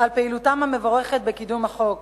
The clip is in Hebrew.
על פעילותם המבורכת בקידום החוק,